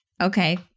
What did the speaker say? Okay